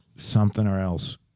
something-or-else